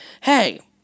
hey